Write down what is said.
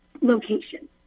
location